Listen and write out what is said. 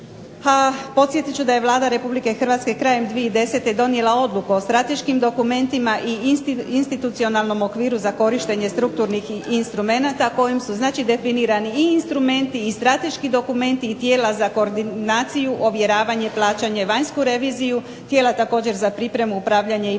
podsjetit ću da je Vlada Republike Hrvatske krajem 2010. donijela odluku o strateškim dokumentima i institucionalnom okviru za korištenje strukturnih instrumenata kojim su definirani i instrumenti i strateški dokumenti i tijela za koordinaciju ovjeravanje plaćanje, vanjsku reviziju, tijela također za pripremu upravljanje i provedbu.